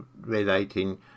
relating